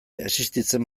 existitzen